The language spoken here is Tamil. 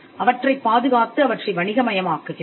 அவற்றைப் பாதுகாத்து அவற்றை வணிகமயமாக்குகிறோம்